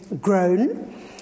grown